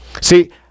See